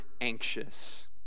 anxious